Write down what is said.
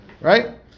Right